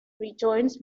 rejoins